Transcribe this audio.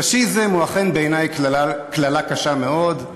פאשיזם הוא אכן בעיני קללה קשה מאוד,